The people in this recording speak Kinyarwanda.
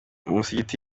musigiti